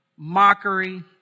mockery